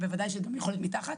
אבל בוודאי שזה גם יכול להיות מתחת.